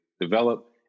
develop